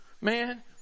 Man